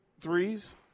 threes